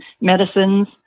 medicines